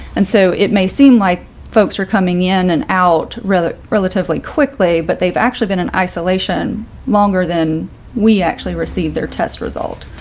and so it may seem like folks are coming in and out rather relatively quickly, but they've actually been in isolation longer than we actually received their test result.